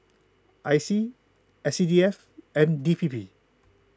I C S C D F and D P P